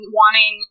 wanting